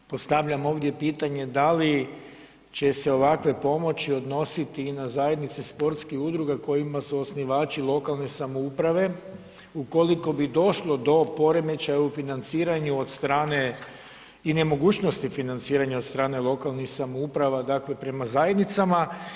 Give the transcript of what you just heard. Postavljam ovdje pitanje, da li će se ovakve pomoći odnositi i na zajednice sportskih udruga kojima su osnivači lokalne samouprave ukoliko bi došlo do poremećaja u financiranju od strane i nemogućnosti financiranja od strane lokalnih samouprava, dakle prema zajednicama?